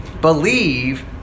believe